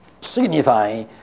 signify